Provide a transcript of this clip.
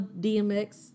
DMX